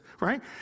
right